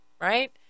right